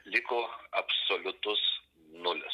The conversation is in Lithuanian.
liko absoliutus nulis